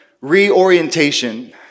reorientation